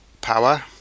power